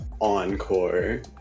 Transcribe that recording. Encore